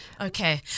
Okay